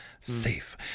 safe